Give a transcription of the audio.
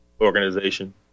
organization